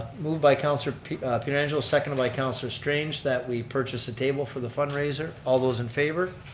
moved by counselor pietrangelo second by counselor strange that we purchase a table for the fundraiser. all those in favor.